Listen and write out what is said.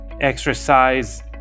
exercise